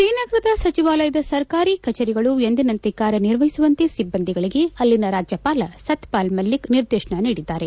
ಶ್ರೀನಗರದ ಸಚಿವಾಲಯದ ಸರ್ಕಾರಿ ಕಚೇರಿಗಳು ಎಂದಿನಂತೆ ಕಾರ್ಯನಿರ್ವಹಿಸುವಂತೆ ಸಿಬ್ಲಂದಿಗಳಿಗೆ ಅಲ್ಲಿನ ರಾಜ್ಲಪಾಲ ಸತ್ಲಪಾಲ್ ಮಲ್ಲಿಕ್ ನಿರ್ದೇಶನ ನೀಡಿದ್ದಾರೆ